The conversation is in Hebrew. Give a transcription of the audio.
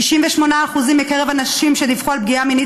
68% מהנשים שדיווחו על פגיעה מינית